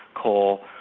coal,